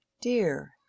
dear